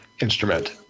instrument